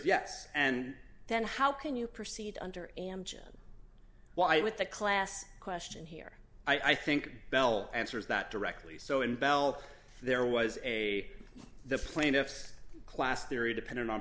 yes and then how can you proceed under why with the class question here i think bell answer is that directly so in bell there was a the plaintiff's class theory depended on